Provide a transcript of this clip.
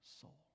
soul